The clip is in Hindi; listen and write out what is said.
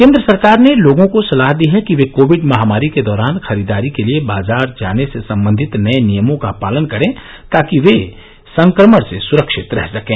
केन्द्र सरकार ने लोगों को सलाह दी है कि वे कोविड महामारी के दौरान खरीदारी के लिए बाजार जाने से संबंधित नये नियमों का पालन करें ताकि वे इस संक्रमण से सुरक्षित रह सकें